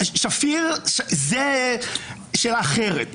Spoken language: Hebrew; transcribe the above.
שפיר זו שאלה אחרת,